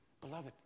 Beloved